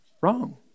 wrong